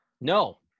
No